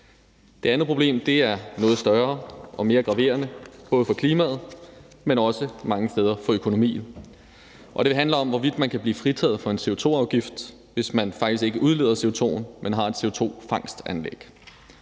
Det andet problem er noget større og mere graverende for både klimaet, men også mange steder for økonomien, og det handler om, hvorvidt man kan blive fritaget for en CO2-afgift, hvis man faktisk ikke udleder CO2, men har et CO2-fangstsanlæg.